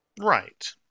Right